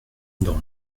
dans